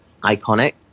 iconic